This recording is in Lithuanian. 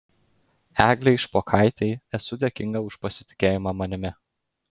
eglei špokaitei esu dėkinga už pasitikėjimą manimi